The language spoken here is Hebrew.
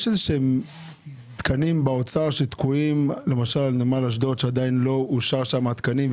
יש תקנים באוצר שתקועים למשל נמל אשדוד שעדיין לא אושר שם התקנים,